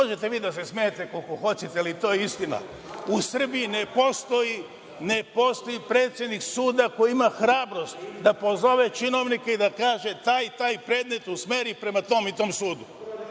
možete vi da se smejete koliko hoćete, ali to je istina, ne postoji predsednik suda koji ima hrabrost da pozove činovnike i da kaže – taj i taj predmet usmeri prema tom i tom sudu,